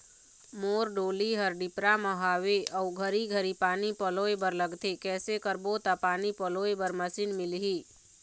मोर डोली हर डिपरा म हावे अऊ घरी घरी पानी पलोए बर लगथे कैसे करबो त पानी पलोए बर मशीन मिलही?